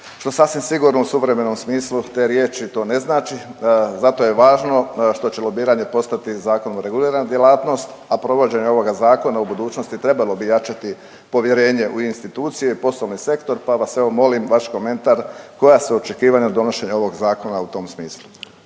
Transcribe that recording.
što sasvim sigurno u suvremenom smislu te riječi to ne znači. Zato je važno što će lobiranje postati zakonom regulirana djelatnost, a provođenje ovoga zakona u budućnosti trebalo bi jačati povjerenje u institucije i poslovni sektor pa vas evo molim vaš komentar, koja su očekivanja donošenja ovog zakona u tom smislu.